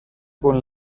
con